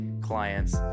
clients